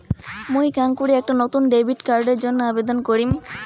মুই কেঙকরি একটা নতুন ডেবিট কার্ডের জন্য আবেদন করিম?